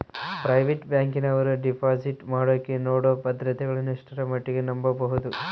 Private ಬ್ಯಾಂಕಿನವರು deposit ಮಾಡೋಕೆ ನೇಡೋ ಭದ್ರತೆಗಳನ್ನು ಎಷ್ಟರ ಮಟ್ಟಿಗೆ ನಂಬಬಹುದು?